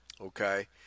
okay